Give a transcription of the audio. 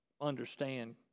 understand